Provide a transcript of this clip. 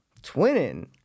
Twinning